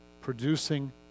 Producing